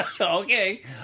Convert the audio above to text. Okay